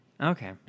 Okay